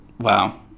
Wow